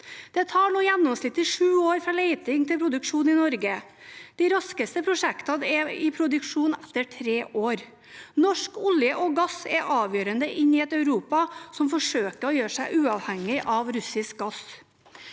Det tar nå gjennomsnittlig sju år fra leting til produksjon i Norge. De raskeste prosjektene er i produksjon etter tre år. Norsk olje og gass er avgjørende inn i et Europa som forsøker å gjøre seg uavhengig av russisk gass.